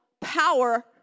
power